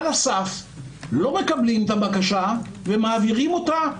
על הסף לא מקבלים את הבקשה ומעבירים אותה.